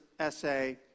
essay